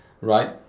right